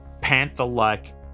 panther-like